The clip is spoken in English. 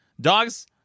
dogs